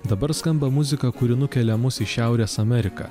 dabar skamba muzika kuri nukelia mus į šiaurės ameriką